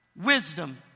Wisdom